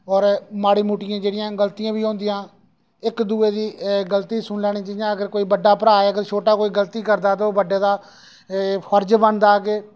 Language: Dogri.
और माड़ी मुट्टी जेह्ड़ियां गलतियां बी होंदियां इक दूए दी गलती सुनी लैनी जि'यां हून कोई बड्डा भ्रा ऐ छोटा कोई गलती करदा ते ओह् बड्डे दा फर्ज बनदा कि